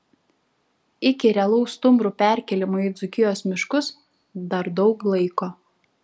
iki realaus stumbrų perkėlimo į dzūkijos miškus dar daug laiko